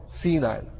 senile